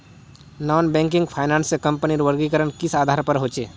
Non banking finance कंपनीर वर्गीकरण किस आधार पर होचे?